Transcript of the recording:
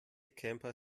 camper